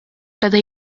beda